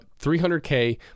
$300K